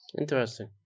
Interesting